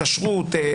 כשרות,